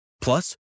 Plus